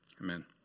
Amen